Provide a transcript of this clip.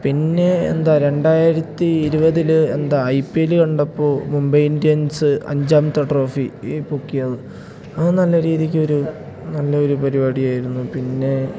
പിന്നെ എന്താ രണ്ടായിരത്തി ഇരുപതിൽ എന്താ ഐ പി എല്ലിൽ കണ്ടപ്പോൾ മുംബൈ ഇന്ത്യൻസ് അഞ്ചാമത്തെ ട്രോഫി ഈ പൊക്കിയത് അത് നല്ല രീതിക്കൊരു നല്ലൊരു പരിപാടിയായിരുന്നു പിന്നെ